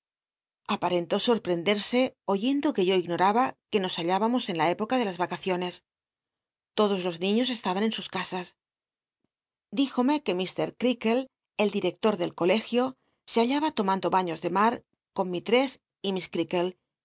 wentó oi'jll'endei'sc oyendo que yo ignoraba que nos halhíbamos en la poca de las vacaciones todos los niios estaban en sus casas dijome que mr crea kle el director del colegio se hallaba tomando baiins de mar con mis y